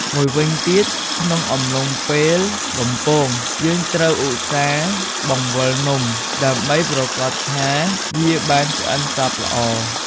មួយវិញទៀត ក្នុងអំឡុងពេលបំពង យើងត្រូវឧស្សាហ៍បង្វិលនំ ដើម្បីប្រាកដថា វាបានឆ្អិនសព្វល្អ។